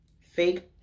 Fake